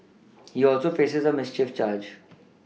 he also faces a mischief charge